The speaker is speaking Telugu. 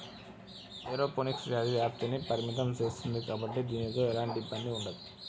ఏరోపోనిక్స్ వ్యాధి వ్యాప్తిని పరిమితం సేస్తుంది కాబట్టి దీనితో ఎలాంటి ఇబ్బంది ఉండదు